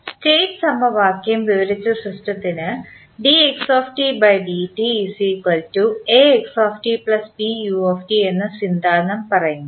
state സമവാക്യം വിവരിച്ച സിസ്റ്റത്തിന് എന്ന് സിദ്ധാന്തം പറയുന്നു